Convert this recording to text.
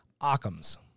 Occam's